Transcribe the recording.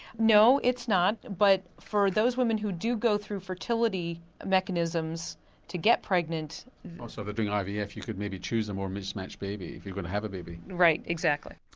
no, it's not, but for those women who do go through fertility mechanisms to get pregnant so they're doing ivf, you could maybe choose the more mismatched baby if you're going to have a baby. right, exactly.